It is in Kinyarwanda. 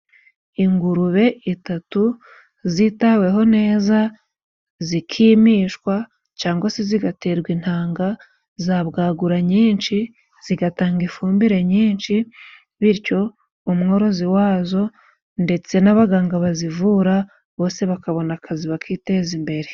Ingurube itatu zitaweho neza zikimishwa cangwa si zigaterwa intanga zabwagura nyinshi zigatanga ifumbire nyinshi bityo umworozi wazo ndetse n'abaganga bazivura bose bakabona akazi bakiteza imbere.